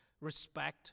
respect